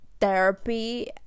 therapy